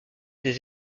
des